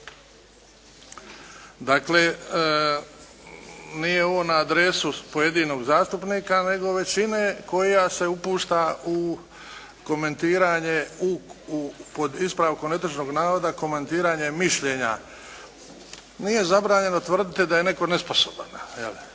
Dakle nije ovo na adresu pojedinog zastupnika nego većine koja se upušta u komentiranje u, pod ispravkom netočnog navoda komentiranje mišljenja. Nije zabranjeno tvrditi da je netko nesposoban